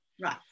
right